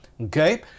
okay